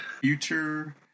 future